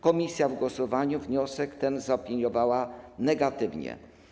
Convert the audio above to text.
Komisja w głosowaniu wniosek ten zaopiniowała negatywnie.